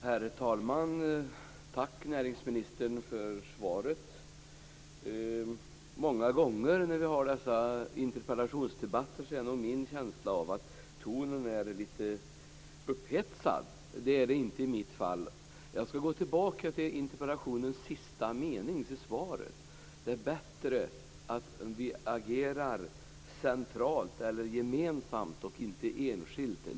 Herr talman! Tack, näringsministern, för svaret. Många gånger när vi har dessa interpellationsdebatter är tonen lite upphetsad. Det är det inte i mitt fall. Jag skall gå tillbaka till de sista meningarna i interpellationssvaret, att det är bättre att agera gemensamt och inte enskilt.